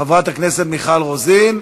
חברת הכנסת מיכל רוזין,